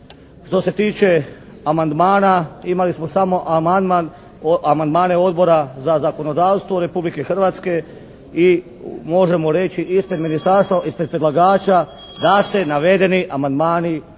Što se tiče amandmana imali smo samo amandmane Odbora za zakonodavstvo Republike Hrvatske i možemo reći ispred ministarstva, ispred predlagača da se navedeni amandmani u